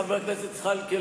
חבר הכנסת זחאלקה,